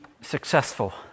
successful